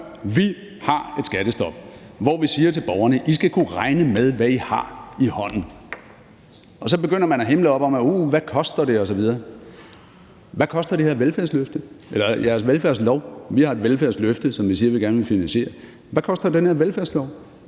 Vi har et skattestop, hvor vi siger til borgerne, at I skal kunne regne med, hvad I har i hånden. Og så begynder man at himle op om, at uh, hvad koster det osv.? Hvad koster jeres velfærdslov? Vi har et velfærdsløfte, som vi siger at vi gerne vil finansiere. Hvad koster den her velfærdslov?